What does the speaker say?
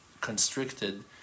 constricted